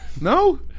No